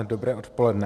Dobré odpoledne.